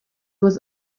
was